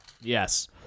Yes